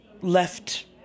left